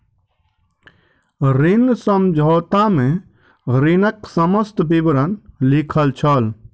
ऋण समझौता में ऋणक समस्त विवरण लिखल छल